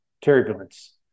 turbulence